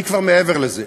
אני כבר מעבר לזה.